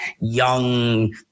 young